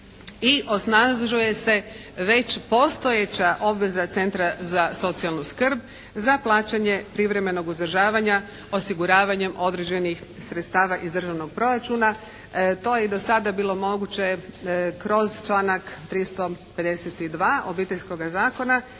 i osnažuje se već postojeća obveza Centra za socijalnu skrb za plaćanje privremenog uzdržavanja osiguravanjem određenih sredstava iz državnog proračuna. To je i do sada bilo moguće kroz članak 352. Obiteljskoga zakona.